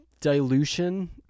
dilution